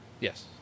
Yes